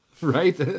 right